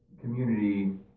community